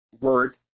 word